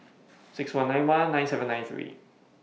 six one nine one nine seven nine three